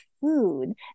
food